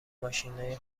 ماشینای